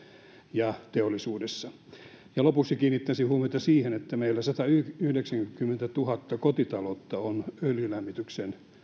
ja teollisuudessa lopuksi kiinnittäisin huomiota siihen että meillä satayhdeksänkymmentätuhatta kotitaloutta on öljylämmityksen